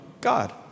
God